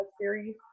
series